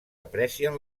aprecien